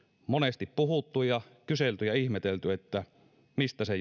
monesti puhuttu ja kyselty ja ihmetelty mistä se